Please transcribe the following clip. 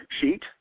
sheet